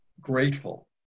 grateful